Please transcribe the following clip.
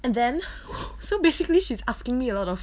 and then so basically she's asking me a lot of